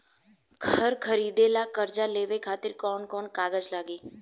घर खरीदे ला कर्जा लेवे खातिर कौन कौन कागज लागी?